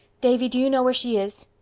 davy, do you know where she is?